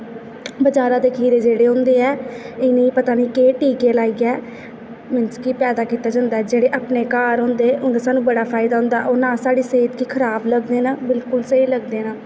बजारै दे खीरे जेह्ड़े होंदे ऐ इ'नेंगी पता नेईं केह् टीके लाइयै मींस कि पैदा कीता जंदा ऐ जेह्ड़े अपने घर होंदे उंदा सानूं बड़ा फायदा होंदा ओह् साढ़ी सेह्त गी खराब लगदे न बिलकुल स्हेई लगदे न